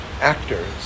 Actors